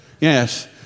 Yes